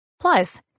Plus